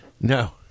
no